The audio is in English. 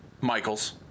Michaels